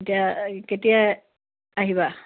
এতিয়া কেতিয়া আহিবা